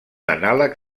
anàleg